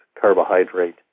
Carbohydrate